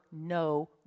no